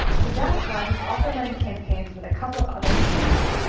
so that's why he's also running campaigns with a couple of other networks.